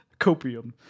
copium